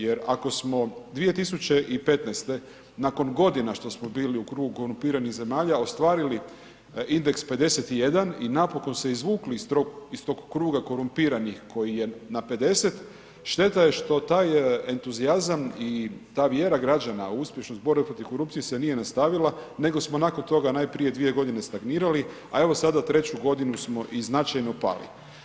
Jer ako smo 2015. nakon godina što smo bili u krugu korumpiranih zemalja ostvarili indeks 51 i napokon se izvukli iz tog kruga korumpiranih koji je na 50, šteta je što taj entuzijazam i ta vjera građana u uspješnost borbe protiv korupcije se nije nastavila nego smo nakon toga najprije 2 godine stagnirali a evo sada treću godinu smo i značajno pali.